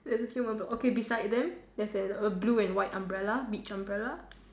that's the same number okay beside them there's an a blue and white umbrella beach umbrella